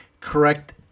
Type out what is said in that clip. correct